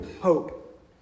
hope